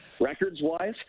records-wise